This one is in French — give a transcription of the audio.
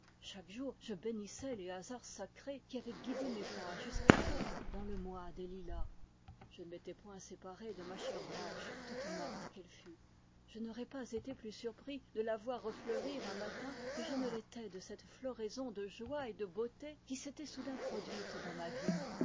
chaque jour je bénissais les hasards sacrés qui avaient gu idé mes pas jusqu'à elle dans le mois des lilas je ne m'étais point séparé de ma chère branche toute morte qu'elle fût je n'aurais pas été plus surpris de la voir refleurir un matin que je ne l'étais de cette floraison de joie et de beauté qui s'était soudain produite dans ma vie